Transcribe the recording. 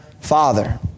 father